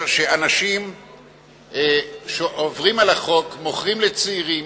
שאנשים עוברים על החוק, מוכרים לצעירים,